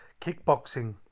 kickboxing